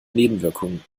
nebenwirkungen